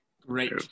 Great